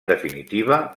definitiva